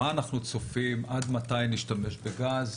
מה אנחנו צופים עד מתי נשתמש בגז,